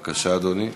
בבקשה, אדוני.